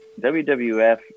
WWF